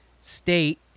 State